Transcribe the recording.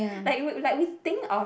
like we like we think of